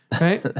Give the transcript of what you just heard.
Right